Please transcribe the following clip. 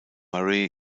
murray